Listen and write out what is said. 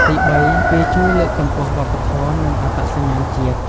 ទីបី វាជួយលើកកម្ពស់វប្បធម៌ និងអត្តសញ្ញាណជាតិ។